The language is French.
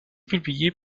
publié